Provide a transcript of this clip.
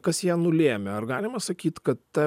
kas ją nulėmė ar galima sakyt kad ta